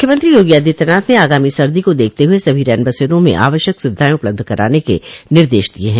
मुख्यमंत्री योगी आदित्यनाथ ने आगामी सर्दी को देखते हुए सभी रैन बसेरों में आवश्यक सुविधाएं उपलब्ध कराने के निर्देश दिये है